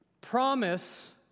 Promise